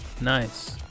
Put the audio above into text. Nice